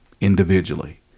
individually